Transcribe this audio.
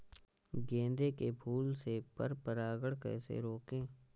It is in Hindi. गेंदे के फूल से पर परागण कैसे रोकें?